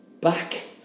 back